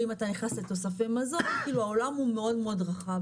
ואם אתה נכנס לתוספי מזון העולם הוא מאוד רחב,